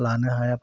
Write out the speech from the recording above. लानो हायाबा